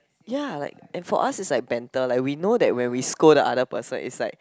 ya like and for us is like banter like we know that when we scold the other person it's like